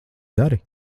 dari